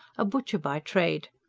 a butcher by trade,